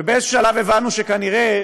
באיזשהו שלב הבנו שכנראה